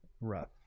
rough